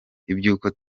iby’uko